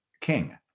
king